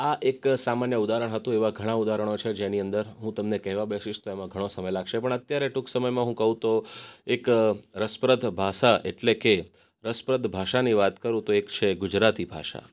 આ એક સામાન્ય ઉદાહરણ હતું એવા ઘણા ઉદાહરણો છે જેની અંદર હું તમને કહેવા બેસીશ તો ઘણો સમય લાગશે પણ અત્યારે ટૂંક સમયમાં હું કહું તો એક રસપ્રદ ભાષા એટલે કે રસપ્રદ ભાષાની વાત કરું તો એક છે ગુજરાતી ભાષા